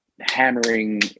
hammering